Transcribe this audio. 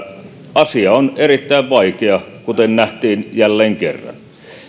asia on erittäin vaikea kuten nähtiin jälleen kerran